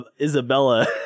Isabella